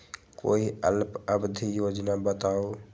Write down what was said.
कोई अल्प अवधि योजना बताऊ?